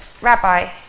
Rabbi